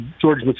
George